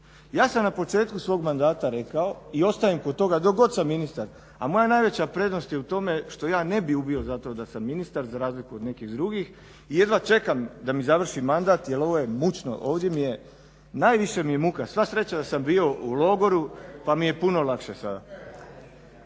Ja sam na početku svog mandata rekao i ostajem kod toga dok god sam ministar, a moja najveća prednost je u tome što ja ne bih ubio za to da sam ministar za razliku od nekih drugih i jedva čekam da mi završi mandat jer ovo je mučno, ovdje mi je najviše mi je muka. Sva sreća da sam bio u logoru pa mi je puno lakše sada.